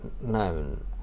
known